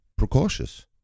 precautious